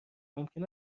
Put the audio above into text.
ممکن